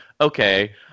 okay